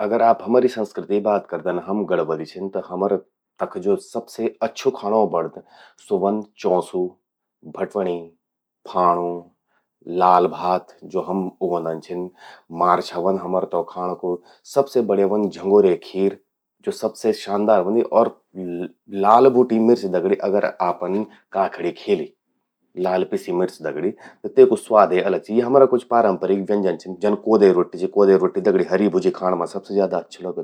अगर आप हमरि संस्कृति बात करदन, हम गढ़वलि छिन, त हमरा तख ज्वो सबसे अच्छु खाणों बणद स्वो ह्वोंद चौंसु, भट्व्णि, फांणु, लाल भात ज्वो हम उगौंदन छिन। मार्छा ह्वंद हमरा तौ खाणों कू, सबसे बढ्या ह्वंद झंगोरे खीर, ज्वो सबसे शानदार ह्वंदि अर लाल भुट्यीं मिर्च दगड़ि अगर आपन काखणि खेलि, लाल पिस्यीं मिर्च दगड़ि त तेकु स्वादे अलग चि। यि हमरा कुछ पारंपरिक व्यंजन छिन जन क्वोदे रव्वोट्टि छिन, क्वोदे रव्वोट्टि दगड़ि हरी भुज्जि खाण मां सबसे अच्छी लगदि।